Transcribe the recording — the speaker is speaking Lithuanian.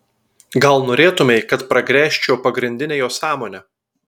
gal norėtumei kad pragręžčiau pagrindinę jo sąmonę